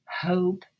hope